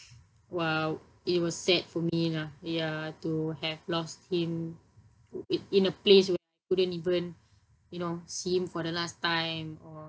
while it was sad for me lah ya to have lost him w~ in a place where we couldn't even you know see him for the last time or